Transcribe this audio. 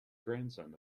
grandson